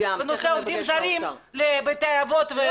בנושא עובדים זרים לבתי אבות ומוסדות סיעוד.